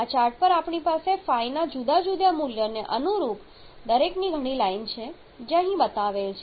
આ ચાર્ટ પર આપણી પાસે ϕ ના જુદા જુદા મૂલ્યને અનુરૂપ દરેકની ઘણી લાઈન છે જે અહીં બતાવેલ છે